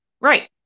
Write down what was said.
Right